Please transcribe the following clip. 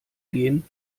gehen